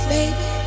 baby